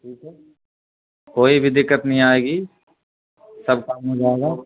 ٹھیک ہے کوئی بھی دقت نہیں آئے گی سب کام ہوجائے گا